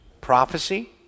Prophecy